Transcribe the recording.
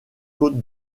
côtes